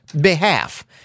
behalf